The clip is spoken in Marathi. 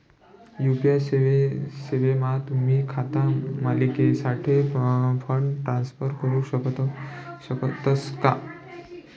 यु.पी.आय सेवामा तुम्ही खाता मालिकनासाठे फंड ट्रान्सफर करू शकतस का